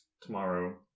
tomorrow